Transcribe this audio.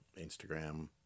Instagram